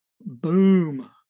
Boom